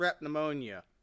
pneumonia